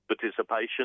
participation